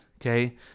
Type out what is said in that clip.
Okay